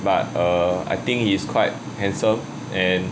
but err I think he's quite handsome and